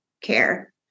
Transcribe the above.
care